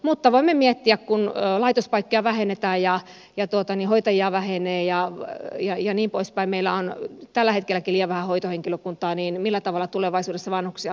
mutta voimme miettiä kun laitospaikkoja vähennetään ja hoitajia vähenee ja niin poispäin meillä on tälläkin hetkellä liian vähän hoitohenkilökuntaa että millä tavalla tulevaisuudessa vanhuksia valvotaan